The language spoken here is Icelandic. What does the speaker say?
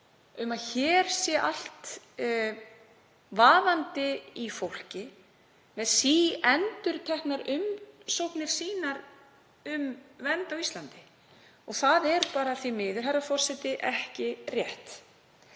um að hér sé allt vaðandi í fólki með síendurteknar umsóknir um vernd á Íslandi. Það er bara því miður, herra forseti, ekki rétt.